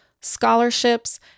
scholarships